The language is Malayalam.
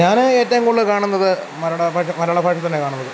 ഞാൻ ഏറ്റവും കൂടുതൽ കാണുന്നത് മലയാള ഭാഷാ മലയാള ഭാഷ തന്നാ കാണുന്നത്